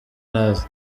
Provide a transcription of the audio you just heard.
nazo